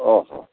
ଓହୋ